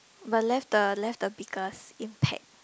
but left the left the biggest impact